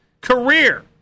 Career